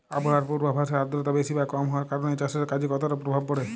আবহাওয়ার পূর্বাভাসে আর্দ্রতা বেশি বা কম হওয়ার কারণে চাষের কাজে কতটা প্রভাব পড়ে?